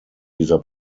dieser